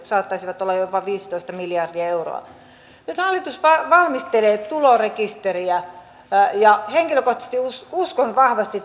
saattaisivat olla jopa viisitoista miljardia euroa nyt hallitus valmistelee tulorekisteriä ja henkilökohtaisesti uskon vahvasti